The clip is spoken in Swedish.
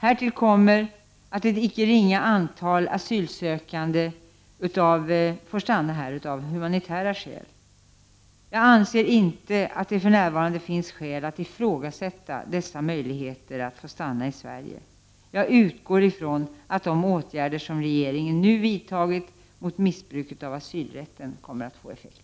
Härtill kommer att ett icke ringa antal asylsökande får stanna här av humanitära skäl. Jag anser inte att det för närvarande finns skäl att ifrågasätta dessa möjligheter att få stanna i Sverige. Jag utgår från att de åtgärder som regeringen nu vidtagit mot missbruket av asylrätten kommer att få effekt.